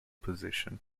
position